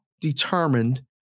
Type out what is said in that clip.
determined